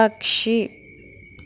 పక్షి